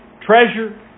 Treasure